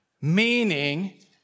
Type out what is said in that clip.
Meaning